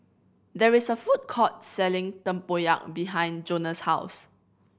there is a food court selling tempoyak behind Jonah's house